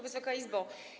Wysoka Izbo!